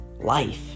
life